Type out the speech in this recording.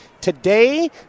today